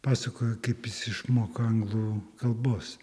pasakojo kaip jis išmoko anglų kalbos